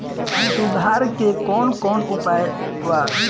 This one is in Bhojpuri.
सुधार के कौन कौन उपाय वा?